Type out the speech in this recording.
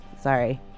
sorry